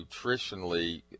nutritionally